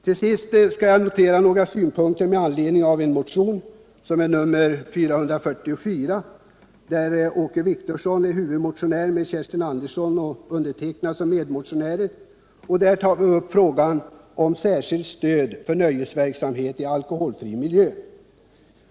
Till sist vill jag notera några synpunkter med anledning av motionen 444, där Åke Wictorsson såsom huvudmotionär och med Kerstin Andersson i Kumla och mig som medmotionärer tar upp frågan om särskilt stöd för nöjesverksamhet i alkoholfri miljö.